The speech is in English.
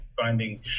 finding